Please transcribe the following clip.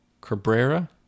Cabrera